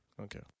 Okay